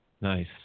Nice